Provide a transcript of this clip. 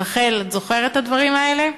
רחל, את זוכרת את הדברים האלה?